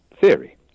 theory